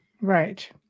right